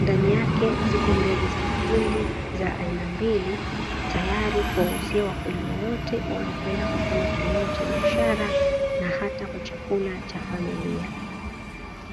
ndani yake zipo mbegu za mahindi za aina mbili tayari kuwauzia wakulima wote wanaopenda kufanya kilimo cha biashara na hata kwa chakula cha familia.